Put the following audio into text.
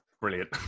brilliant